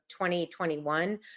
2021